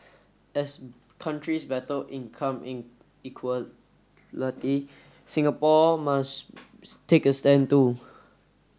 as countries battle income Singapore must take a stand too